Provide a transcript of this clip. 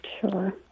Sure